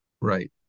Right